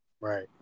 Right